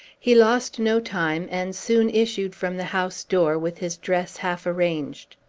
he lost no time, and soon issued from the house-door, with his dress half arranged.